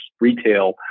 retail